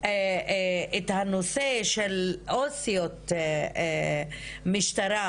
את הנושא של חוקרות משטרה,